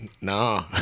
nah